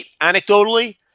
anecdotally